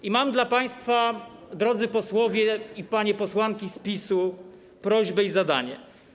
I mam dla państwa, drodzy posłowie i panie posłanki z PiS-u, prośbę i zadanie.